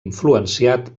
influenciat